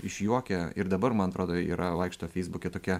išjuokia ir dabar man atrodo yra vaikšto feisbuke tokia